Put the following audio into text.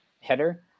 header